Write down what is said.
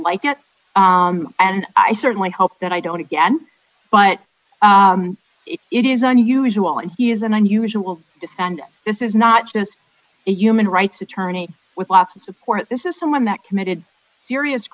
like that and i certainly hope that i don't again but it is unusual and he is an unusual defend this is not just a human rights attorney with lots of support this is someone that committed serious